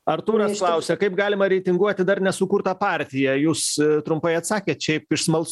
artūras klausia kaip galima reitinguoti dar nesukurtą partiją jūs trumpai atsakėt šiaip iš smalsu